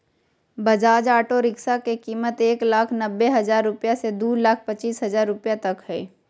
Bajaj auto rickshaw के कीमत एक लाख नब्बे हजार रुपया से दू लाख पचीस हजार रुपया तक हइ